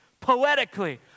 poetically